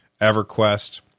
EverQuest